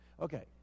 Okay